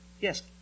Yes